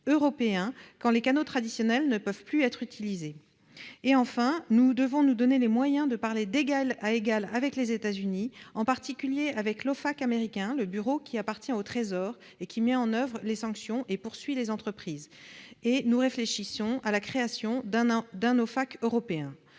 européens quand les canaux traditionnels ne peuvent plus être utilisés. Troisièmement, et enfin, il nous faut nous donner les moyens de parler d'égal à égal avec les États-Unis, en particulier avec l'OFAC américain, le bureau qui fait partie du Trésor, met en oeuvre les sanctions et poursuit les entreprises. Nous réfléchissons à la création d'un OFAC européen.